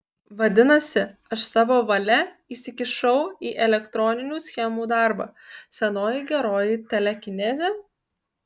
vadinasi aš savo valia įsikišau į elektroninių schemų darbą senoji geroji telekinezė